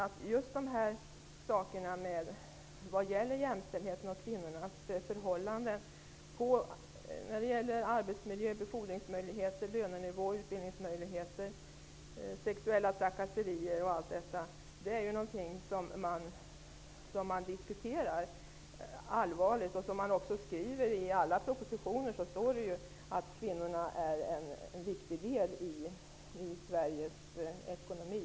Vad jag menar är att just frågor om jämställdheten och kvinnornas förhållanden när det gäller arbetsmiljö, befordringsmöjligheter, lönenivå, utbildningsmöjligheter, sexuella trakasserier osv. är sådant som allvarligt diskuteras. I alla propositioner står det ju att kvinnorna utgör en viktig del av Sveriges ekonomi.